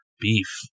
beef